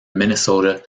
minnesota